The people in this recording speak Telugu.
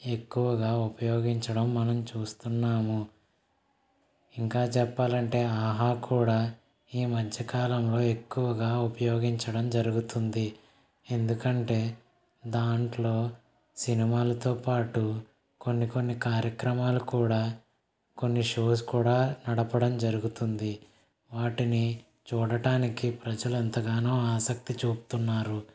ఎక్కువగా ఉపయోగించడం మనం చూస్తున్నాము ఇంకా చెప్పాలంటే ఆహా కూడా ఈ మధ్యకాలంలో ఎక్కువగా ఉపయోగించడం జరుగుతుంది ఎందుకంటే దాంట్లో సినిమాలతో పాటు కొన్ని కొన్ని కార్యక్రమాలు కూడా కొన్ని షోస్ కూడా నడపడం జరుగుతుంది వాటిని చూడటానికి ప్రజలు ఎంతగానో ఆసక్తి చూపుతున్నారు